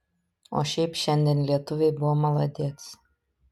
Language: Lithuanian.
o šiaip šiandien lietuviai buvo maladėc